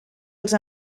als